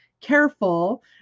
careful